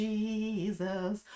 Jesus